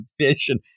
vision